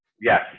yes